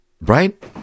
Right